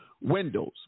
Windows